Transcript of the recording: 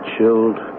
chilled